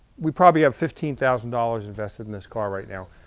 we probably have fifteen thousand dollars invested in this car right now.